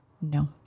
No